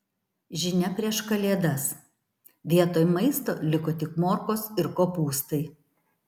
žinia prieš kalėdas vietoj maisto liko tik morkos ir kopūstai